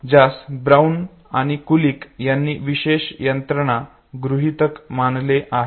ज्यास ब्राउन आणि कुलिक यांनी विशेष यंत्रणा गृहीतक म्हटले आहे